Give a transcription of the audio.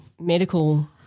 medical